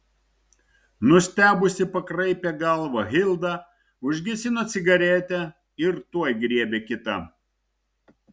nustebusi pakraipė galvą hilda užgesino cigaretę ir tuoj griebė kitą